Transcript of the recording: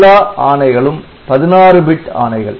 எல்லா ஆணைகளும் 16 பிட் ஆணைகள்